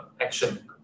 action